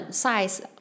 size